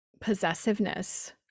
possessiveness